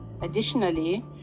Additionally